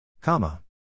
Comma